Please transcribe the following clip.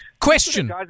Question